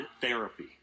therapy